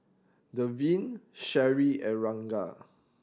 Deven Cherie and Ragna